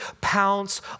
pounce